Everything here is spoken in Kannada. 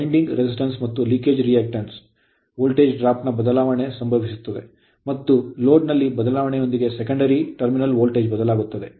ವೈಂಡಿಂಗ್ resistance ಪ್ರತಿರೋಧ ಮತ್ತು leakage reactance ಸೋರಿಕೆ ಯ ಪ್ರತಿಕ್ರಿಯೆಯಾದ್ಯಂತ ವೋಲ್ಟೇಜ್ ಡ್ರಾಪ್ ನ ಬದಲಾವಣೆ ಸಂಭವಿಸುತ್ತದೆ ಮತ್ತು ಲೋಡ್ ನಲ್ಲಿ ಬದಲಾವಣೆಯೊಂದಿಗೆ secondary ದ್ವಿತೀಯ ಟರ್ಮಿನಲ್ ವೋಲ್ಟೇಜ್ ಬದಲಾಗುತ್ತದೆ